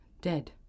dead